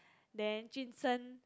then jun sheng